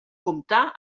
comptà